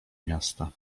miasta